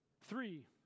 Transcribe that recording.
Three